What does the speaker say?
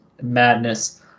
madness